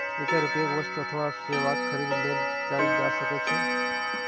एकर उपयोग वस्तु अथवा सेवाक खरीद लेल कैल जा सकै छै